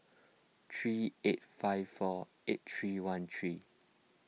three eight five four eight three one three